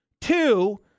Two